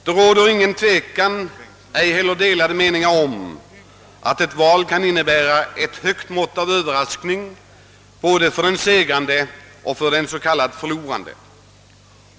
Det råder ingen tvekan — ej heller några delade meningar — om att ett valresultat kan innebära en stor Överraskning både för den segrande och för den förlorande.